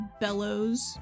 bellows